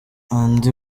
andy